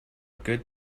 good